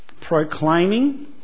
proclaiming